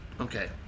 Okay